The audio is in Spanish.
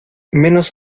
menos